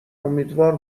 امیدوار